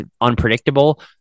unpredictable